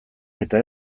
eta